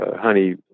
honey